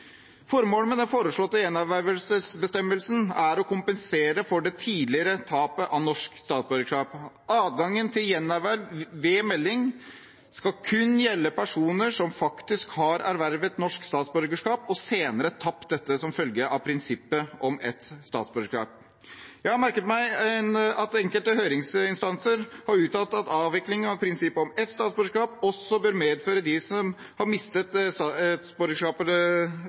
Formålet med den foreslåtte gjenervervelsesbestemmelsen er å kompensere for det tidligere tapet av norsk statsborgerskap. Adgangen til gjenerverv ved melding skal kun gjelde personer som faktisk har ervervet norsk statsborgerskap og senere tapt dette som følge av prinsippet om ett statsborgerskap. Jeg har merket meg at enkelte høringsinstanser har uttalt at avvikling av prinsippet om ett statsborgerskap også bør få følger for dem som har mistet